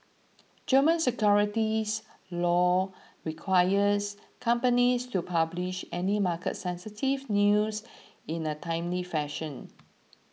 German securities law requires companies to publish any market sensitive news in a timely fashion